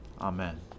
Amen